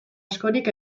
askorik